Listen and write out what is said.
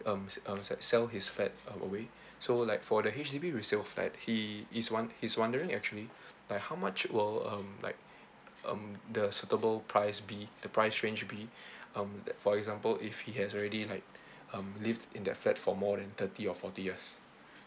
um s~ um s~ sell his flat uh away so like for the H_D_B resale flat he is won~ he's wondering actually like how much will um like um the suitable price be the price range be um like for example if he has already like um lived in that flat for more than thirty or forty years